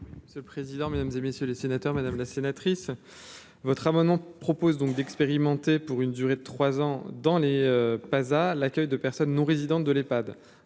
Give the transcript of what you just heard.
Ministre, ce président, mesdames et messieurs les sénateurs, madame la sénatrice. Votre amendement propose donc d'expérimenter pour une durée de 3 ans dans les pas à l'accueil de personne non résidente de l'Epad